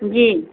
जी